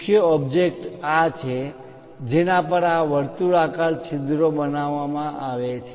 મુખ્ય ઓબ્જેક્ટ આ છે જેના પર આ વર્તુળાકાર છિદ્રો બનાવવામાં આવે છે